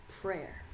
prayer